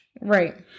Right